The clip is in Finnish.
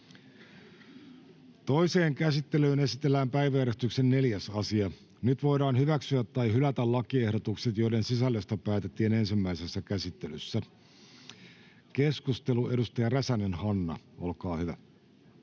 Toiseen käsittelyyn esitellään päiväjärjestyksen 2. asia. Nyt voidaan hyväksyä tai hylätä lakiehdotus, jonka sisällöstä päätettiin ensimmäisessä käsittelyssä. Keskustelu asiasta päättyi